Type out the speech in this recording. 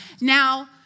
Now